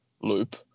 loop